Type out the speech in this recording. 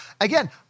Again